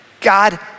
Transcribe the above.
God